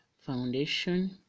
foundation